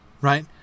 right